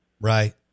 right